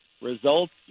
results